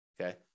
Okay